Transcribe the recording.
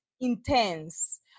intense